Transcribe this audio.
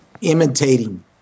imitating